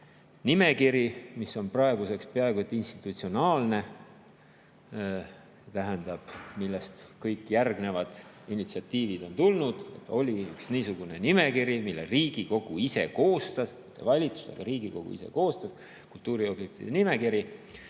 nimekiri, mis on praeguseks peaaegu et institutsionaalne, tähendab, millest kõik järgnevad initsiatiivid on tulnud – et oli üks niisugune nimekiri, mille Riigikogu ise koostas, mitte valitsus, aga Riigikogu ise koostas, kultuuriobjektide nimekiri